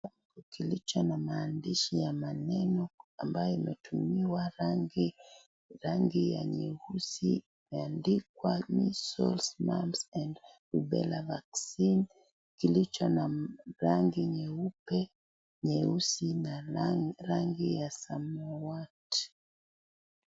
Kilicho na maandishi ya maneno ambayo imetumiwa rangi, rangi ya nyeusi imeandikwa Measles Mumps and Rubella vaccine , kilicho na rangi nyeupe, nyeusi na rangi ya samawati.